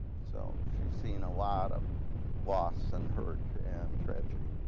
so, she's seen a lot of loss and hurt, and tragedy.